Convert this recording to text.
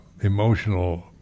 emotional